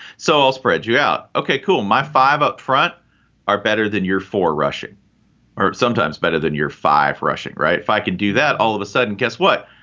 so i'll spread you out. okay, cool. my five up front are better than your four. rushing are sometimes better than your five rushing. if i could do that all of a sudden. guess what?